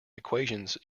equations